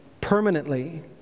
permanently